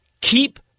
Keep